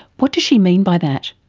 what does she mean by that?